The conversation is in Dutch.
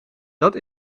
dat